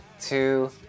two